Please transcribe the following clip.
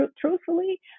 truthfully